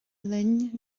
linn